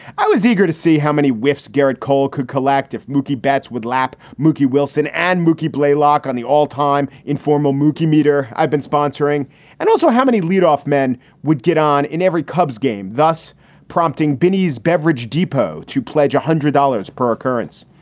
i was eager to see how many whiffs garrett cole could collect if mooki bats with lap mooki, wilson and mookie blaylock on the all time informal mooki meter. i've been sponsoring and also how many leadoff men would get on in every cubs' game, thus prompting binnie's beverage depot to pledge a hundred dollars per occurrence.